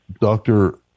Doctor